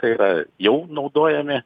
tai yra jau naudojami